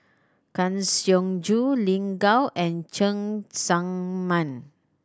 Kang Siong Joo Lin Gao and Cheng Tsang Man